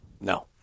No